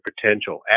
potential